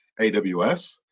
AWS